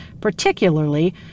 particularly